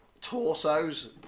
torsos